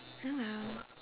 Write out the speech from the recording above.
oh well